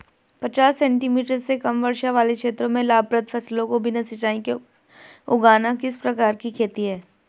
पचास सेंटीमीटर से कम वर्षा वाले क्षेत्रों में लाभप्रद फसलों को बिना सिंचाई के उगाना किस प्रकार की खेती है?